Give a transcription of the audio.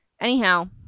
Anyhow